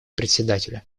председателя